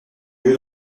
lieu